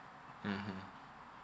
mmhmm